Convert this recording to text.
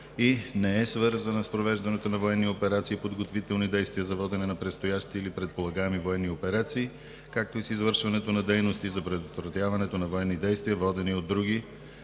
и не е свързана с провеждането на военни операции и подготвителни действия за водене на предстоящи или предполагаеми военни операции, както и с извършването на дейности за предотвратяването на военни действия, водени от други,